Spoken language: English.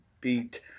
beat